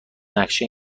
نقشه